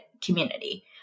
community